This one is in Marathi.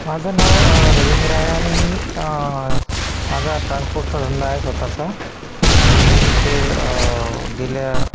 माझं नाव रविंद्र आहे आणि मी माझा ट्रान्सपोर्टचा धंदा आहे स्वतःचा आणि मी इथे गेल्या